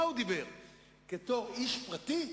בתור איש פרטי?